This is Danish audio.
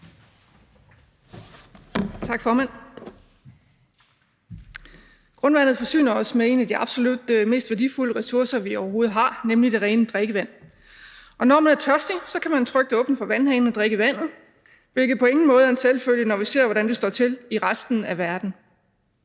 Tak, formand. Grundvandet forsyner os med en af de absolut vigtigste ressourcer, vi overhovedet har, nemlig det rene drikkevand. Og når man er tørstig, kan man jo trygt åbne for vandhanen og drikke vandet, hvilket på ingen måde er en selvfølge, når vi ser, hvordan det står til i resten af verden.